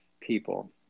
people